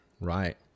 right